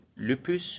lupus